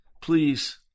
please